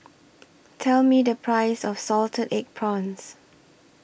Tell Me The Price of Salted Egg Prawns